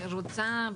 אני רוצה,